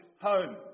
home